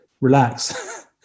relax